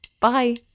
Bye